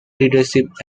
leadership